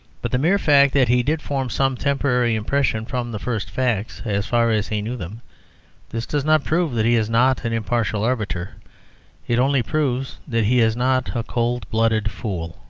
but the mere fact that he did form some temporary impression from the first facts as far as he knew them this does not prove that he is not an impartial arbiter it only proves that he is not a cold-blooded fool.